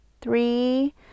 three